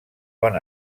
bon